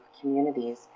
communities